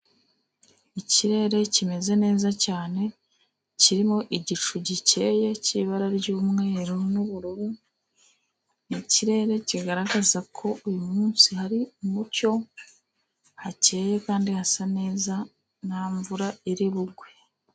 Ikirere kimeze neza cyane kirimo igicu gikeye cy'ibara ry'umweru n'ubururu. Ni ikirere kigaragaza ko uyu munsi hari umucyo hakeye kandi hasa neza, nta mvura iri bugwe.